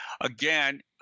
again